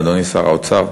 אדוני שר האוצר,